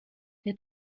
der